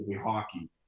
hockey